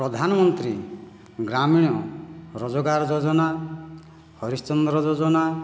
ପ୍ରଧାନମନ୍ତ୍ରୀ ଗ୍ରାମୀଣ ରୋଜଗାର ଯୋଜନା ହରିଶ୍ଚନ୍ଦ୍ର ଯୋଜନା